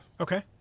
Okay